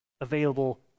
available